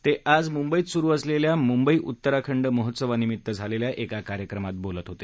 ते आज मुंबईत सूरु असलेल्या मुंबई उत्तराखंड महोत्सवानिमीत झालेल्या एका कार्यक्रमात बोलत होते